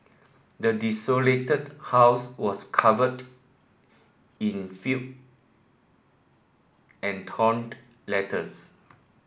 the desolated house was covered in fill and torn letters